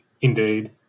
Indeed